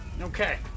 Okay